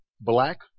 Black